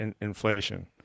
inflation